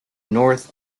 north